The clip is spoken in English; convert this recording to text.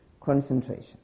concentration